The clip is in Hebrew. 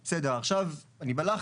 בסדר, עכשיו אני בלחץ.